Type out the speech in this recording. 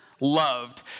loved